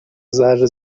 ذره